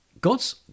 God's